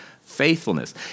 faithfulness